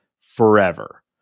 forever